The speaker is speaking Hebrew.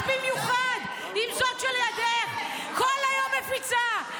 ואת במיוחד, עם זאת שלידך, כל היום מפיצה.